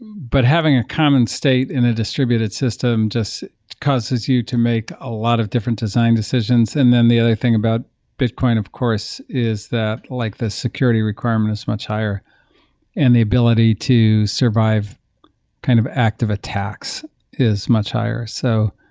but having a common state in a distributed system just causes you to make a lot of different design decisions. and then the other thing about bitcoin of course, is that like the security requirement is much higher and the ability to survive kind of active attacks is much higher. so